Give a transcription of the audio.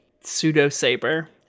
pseudo-saber